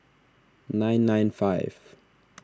nine nine five